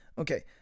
Okay